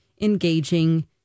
engaging